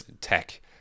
tech